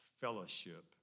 fellowship